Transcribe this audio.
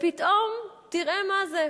ופתאום תראה מה זה,